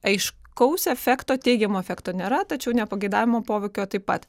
aiškaus efekto teigiamo efekto nėra tačiau nepageidaujamo poveikio taip pat